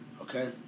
Okay